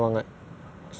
never do ah